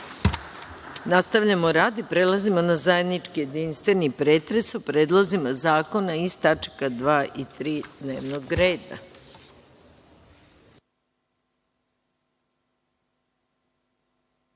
(Ne.)Nastavljamo rad i prelazimo na zajednički jedinstveni pretres o predlozima zakona iz tačaka 2. i 3. dnevnog